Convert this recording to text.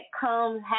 comes